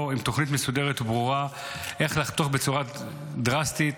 עם תוכנית מסודרת וברורה איך לחתוך בצורת דרסטית